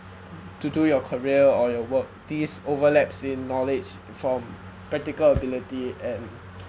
to do your career or your work these overlaps in knowledge from practical ability and